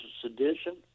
sedition